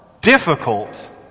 difficult